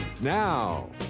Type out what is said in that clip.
Now